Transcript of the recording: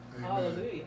Hallelujah